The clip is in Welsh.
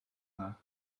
dda